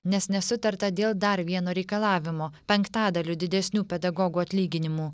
nes nesutarta dėl dar vieno reikalavimo penktadaliu didesnių pedagogų atlyginimų